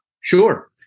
Sure